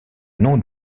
nom